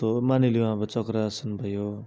जस्तो मानिलिउँ अब चक्र आसन भयो